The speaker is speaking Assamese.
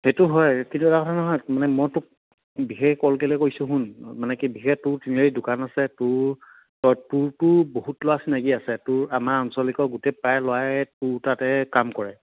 সেইটো হয় কিন্তু এটা কথা নহয় মানে মই তোক বিশেষ কল কেলে কৰিছোঁ শুন মানে কি বিশেষকে তোৰ তিনিআলিত দোকান আছে তোৰ তই তোৰটো বহুত ল'ৰা চিনাকি আছে তোৰ আমাৰ আঞ্চলিকৰ গোটেই প্ৰায় ল'ৰাই তোৰ তাতে কাম কৰে